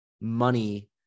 money